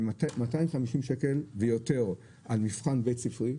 זה 250 שקל ויותר על מבחן בית ספרי,